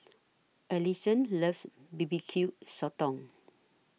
Alison loves B B Q Sotong